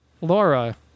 Laura